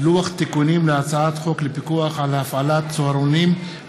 לוח תיקונים להצעת חוק לפיקוח על הפעלת צהרונים,